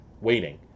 waiting